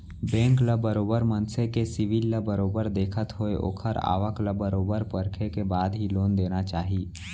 bank ल बरोबर मनसे के सिविल ल बरोबर देखत होय ओखर आवक ल बरोबर परखे के बाद ही लोन देना चाही